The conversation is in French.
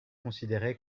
considérer